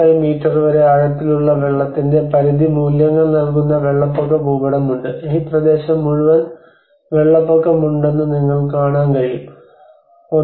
5 metre വരെ ആഴത്തിലുള്ള വെള്ളത്തിന്റെ പരിധി മൂല്യങ്ങൾ നൽകുന്ന വെള്ളപ്പൊക്ക ഭൂപടം ഉണ്ട് ഈ പ്രദേശം മുഴുവൻ വെള്ളപ്പൊക്കമുണ്ടെന്ന് നിങ്ങൾക്ക് കാണാൻ കഴിയും 1